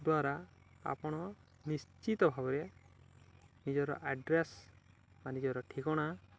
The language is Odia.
ଦ୍ୱାରା ଆପଣ ନିଶ୍ଚିତ ଭାବରେ ନିଜର ଆଡ଼୍ରେସ୍ ବା ନିଜର ଠିକଣା